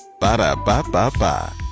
Ba-da-ba-ba-ba